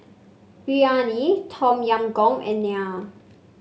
Biryani Tom Yam Goong and Naan